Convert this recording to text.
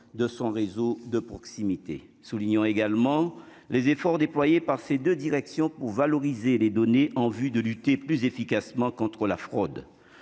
de son réseau de proximité, soulignant également les efforts déployés par ces 2 directions valoriser les données en vue de lutter plus efficacement contre la fraude,